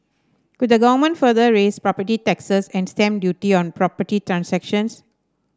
could the Government further raise property taxes and stamp duty on property transactions